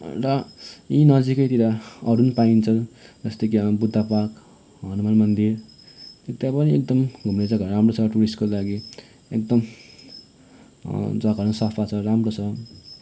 र यहीँ नजिकैतिर अरू पनि पाइन्छ जस्तै कि बुद्ध पार्क हनुमान मन्दिर उता पनि एकदम घुम्ने जग्गाहरू राम्रो छ टुरिस्टको लागि एकदम जग्गाहरू सफा छ राम्रो छ